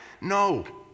No